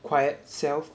quiet self